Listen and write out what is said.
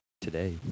today